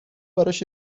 براش